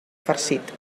farcit